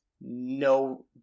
no